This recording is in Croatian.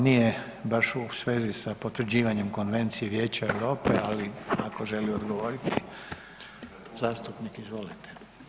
Nije baš u svezi sa potvrđivanjem Konvencije Vijeća Europe, ali ako želi odgovoriti zastupnik izvolite.